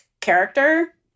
character